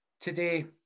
today